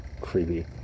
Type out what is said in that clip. creepy